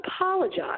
apologize